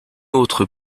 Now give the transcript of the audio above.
autre